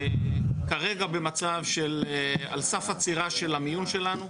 כרגע במצב של על סף עצירה של המיון שלנו.